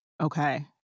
Okay